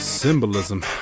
symbolism